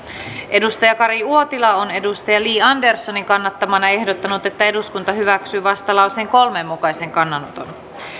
kari uotila on li anderssonin kannattamana ehdottanut että eduskunta hyväksyy vastalauseen kolmen mukaisen kannanoton